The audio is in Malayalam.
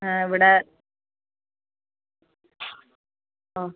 ആ ഇവിടെ ആ